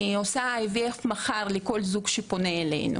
אני עושה IVF מחר לכל זוג שפונה אלינו,